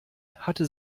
hatte